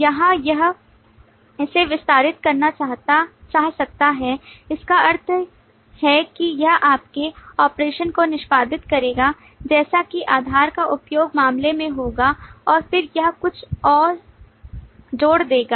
या यह इसे विस्तारित करना चाह सकता है जिसका अर्थ है कि यह पहले ऑपरेशन को निष्पादित करेगा जैसा कि आधार उपयोग मामले में होगा और फिर यह कुछ और जोड़ देगा